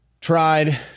tried